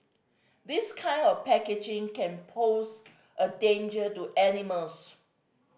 this kind of packaging can pose a danger to animals